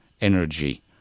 energy